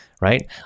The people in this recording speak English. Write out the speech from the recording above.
right